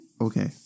okay